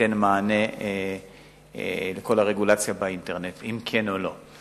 ותיתן מענה לכל הרגולציה באינטרנט, אם כן ואם לא.